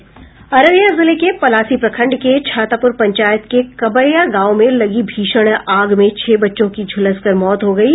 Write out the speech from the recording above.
अररिया जिले के पलासी प्रखंड के छातापुर पंचायत के कबैया गांव में लगी भीषण आग में छह बच्चों की झुलसकर मौत हो गयी